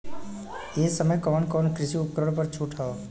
ए समय कवन कवन कृषि उपकरण पर छूट ह?